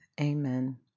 Amen